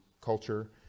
culture